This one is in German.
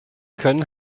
können